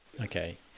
Okay